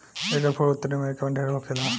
एकर फूल उत्तरी अमेरिका में ढेर होखेला